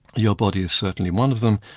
your body is certainly one of them,